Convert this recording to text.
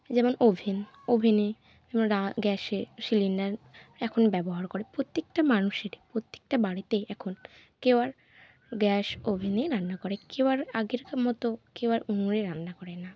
যেমন ওভেন ওভেনে যেমন গ্যাসে সিলিণ্ডার এখন ব্যবহার করে প্রত্যেকটা মানুষেরই প্রত্যেকটা বাড়িতে এখন কেউ আর গ্যাস ওভেনে রান্না করে কেউ আর আগেরকার মতো কেউ আর উনুনে রান্না করে না